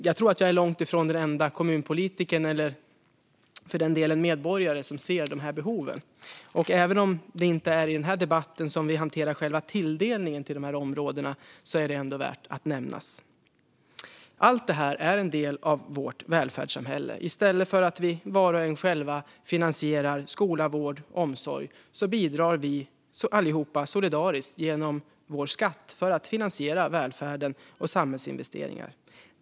Jag tror att jag är långt ifrån den enda kommunpolitikern, eller för den delen medborgaren, som ser dessa behov, och även om det inte är i den här debatten som vi hanterar själva tilldelningen till dessa områden är det värt att nämna. Allt detta är en del av vårt välfärdssamhälle. I stället för att vi var och en själva finansierar skola, vård och omsorg bidrar vi allihop solidariskt genom vår skatt för att finansiera välfärden och samhällsinvesteringar.